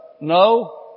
No